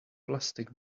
plastic